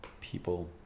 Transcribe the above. people